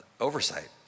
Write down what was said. oversight